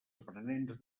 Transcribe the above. aprenents